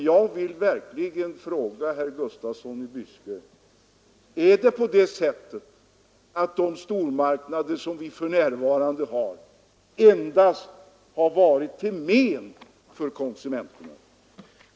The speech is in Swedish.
Jag vill verkligen fråga herr Gustafsson i Byske: Har de stormarknader som för närvarande finns endast varit till skada för konsumenterna?